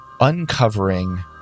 uncovering